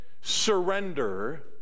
surrender